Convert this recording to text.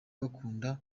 bakunda